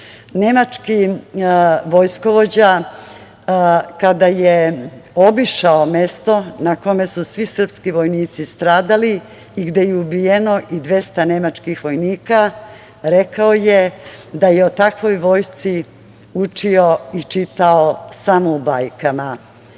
vojskovođa, kada je obišao mesto na kome su svi srpski vojnici stradali i gde je ubijeno i 200 nemačkih vojnika, rekao je da je o takvoj vojsci učio i čitao samo u bajkama.